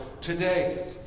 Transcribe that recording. today